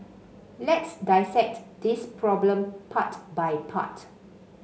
let's dissect this problem part by part